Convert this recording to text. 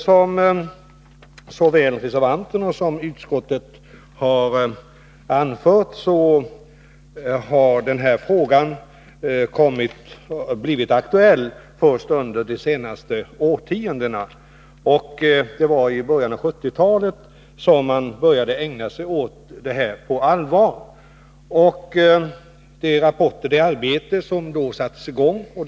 Som såväl reservanterna som utskottet anfört har denna fråga blivit aktuell först under de senaste årtiondena. Det var i början av 1970-talet som man på allvar började ägna sig åt det här.